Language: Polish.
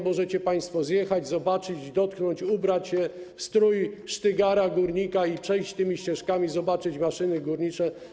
Możecie państwo przyjechać, zobaczyć, dotknąć, przebrać się w strój sztygara, górnika i przejść się tymi ścieżkami, zobaczyć maszyny górnicze.